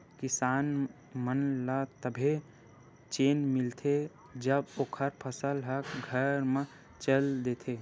किसान मन ल तभे चेन मिलथे जब ओखर फसल ह घर म चल देथे